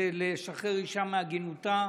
הוא לשחרר אישה מעגינותה.